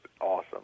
awesome